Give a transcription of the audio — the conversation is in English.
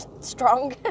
strong